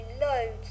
loads